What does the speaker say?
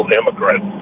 immigrant